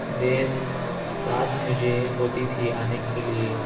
دیر رات مجھے ہوتی تھی آنے کے لیے